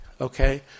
okay